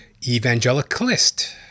Evangelicalist